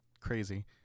crazy